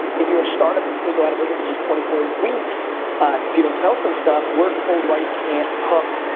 um if you're a startup that's gonna go out of business in twenty four weeks if you don't sell some stuff, we're in full right hook,